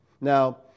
Now